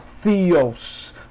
Theos